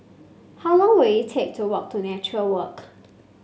how long will it take to walk to Nature Walk